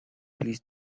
please